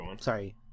sorry